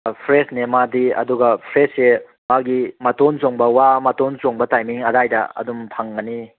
ꯐ꯭ꯔꯦꯁꯅꯦ ꯃꯥꯗꯤ ꯑꯗꯨꯒ ꯐ꯭ꯔꯦꯁꯁꯦ ꯃꯥꯒꯤ ꯃꯇꯣꯟ ꯆꯣꯡꯕ ꯋꯥ ꯃꯇꯣꯟ ꯆꯣꯡꯕ ꯇꯥꯏꯃꯤꯡ ꯑꯗꯥꯏꯗ ꯑꯗꯨꯝ ꯐꯪꯒꯅꯤ